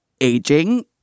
Aging